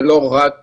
לא רק